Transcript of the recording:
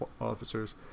officers